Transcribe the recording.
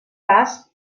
cas